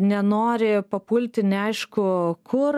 nenori papulti neaišku kur